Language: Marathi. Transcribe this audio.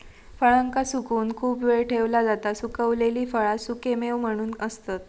फळांका सुकवून खूप वेळ ठेवला जाता सुखवलेली फळा सुखेमेवे म्हणून असतत